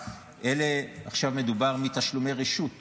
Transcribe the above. עכשיו מדובר בתשלומי רשות שייגבו,